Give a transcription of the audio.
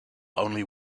only